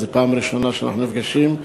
זו פעם ראשונה שאנחנו נפגשים,